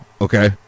Okay